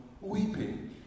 weeping